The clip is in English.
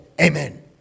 Amen